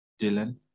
Dylan